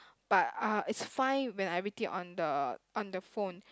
but uh it's fine when I read it on the on the phone